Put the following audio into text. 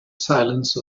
silence